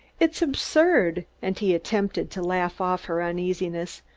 it's absurd, and he attempted to laugh off her uneasiness.